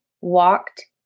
walked